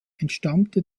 entstammte